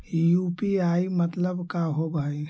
UPI मतलब का होब हइ?